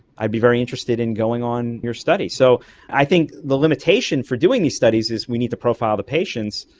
i'd be very interested in going on your study. so i think the limitation for doing these studies is we need to profile the patients,